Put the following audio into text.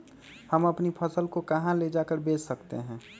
हम अपनी फसल को कहां ले जाकर बेच सकते हैं?